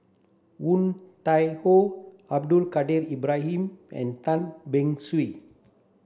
Woon Tai Ho Abdul Kadir Ibrahim and Tan Beng Swee